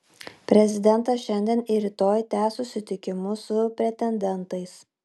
prezidentas šiandien ir rytoj tęs susitikimus su pretendentais